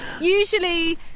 Usually